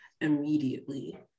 immediately